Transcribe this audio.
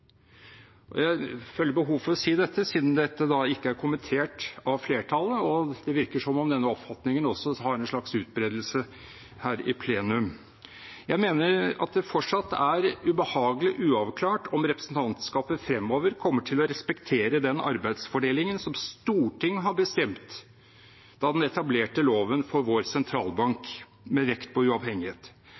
Jeg føler behov for å si dette siden dette ikke er blitt kommentert av flertallet, og det virker som om denne oppfatningen også har en slags utbredelse her i plenum. Jeg mener at det fortsatt er ubehagelig uavklart om representantskapet fremover kommer til å respektere den arbeidsfordelingen som Stortinget bestemte da den etablerte loven for vår sentralbank, med vekt på uavhengighet.